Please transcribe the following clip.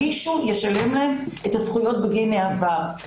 אנחנו פותחים את ישיבת הוועדה נושא חדש לחלוטין.